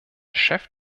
chef